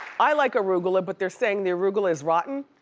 i like arugula, but they're saying the arugula is rotten.